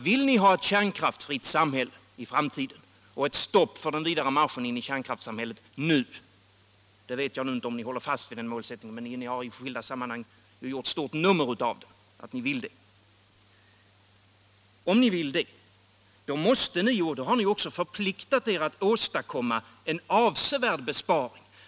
Vill ni ha ett kärnkraftsfritt samhälle i framtiden och ett stopp för den vidare marschen in i kärnkraftssamhället nu — jag vet inte om ni håller fast vid den målsättningen, men ni har i skilda sammanhang gjort ett stort nummer av den — måste ni åstadkomma och har också förpliktat er att åstadkomma en avsevärd besparing.